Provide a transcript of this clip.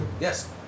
Yes